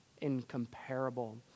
incomparable